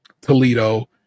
Toledo